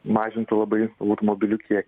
mažintų labai automobilių kie